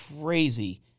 crazy